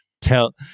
tell